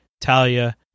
Talia